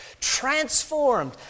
transformed